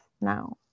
now